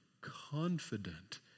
confident